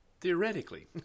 Theoretically